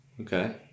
Okay